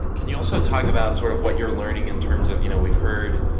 can you also talk about, sort of, what you're learning in terms of, you know, we've heard,